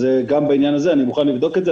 אני מוכן לבדוק את זה.